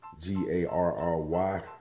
G-A-R-R-Y